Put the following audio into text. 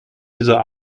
dieser